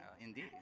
Indeed